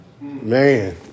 Man